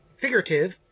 figurative